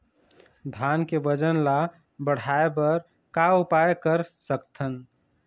धान के वजन ला बढ़ाएं बर का उपाय कर सकथन?